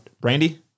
Brandy